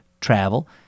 travel